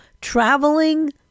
traveling